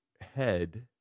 head